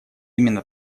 именно